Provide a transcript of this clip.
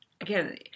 again